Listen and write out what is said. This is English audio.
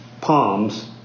palms